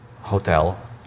hotel